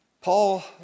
Paul